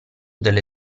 delle